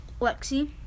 Lexi